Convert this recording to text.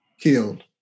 killed